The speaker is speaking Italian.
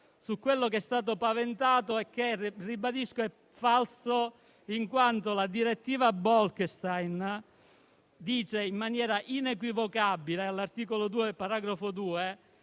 su quello che è stato paventato e che ribadisco essere falso, in quanto la direttiva Bolkestein dice in maniera inequivocabile, all'articolo 2, paragrafo 2,